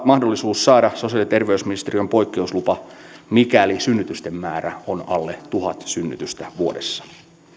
mahdollisuus saada sosiaali ja terveysministeriön poikkeuslupa mikäli synnytysten määrä on alle tuhat synnytystä vuodessa